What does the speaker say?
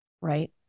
Right